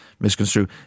misconstrue